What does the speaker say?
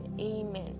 Amen